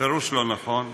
בפירוש לא נכון.